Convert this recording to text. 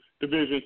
Division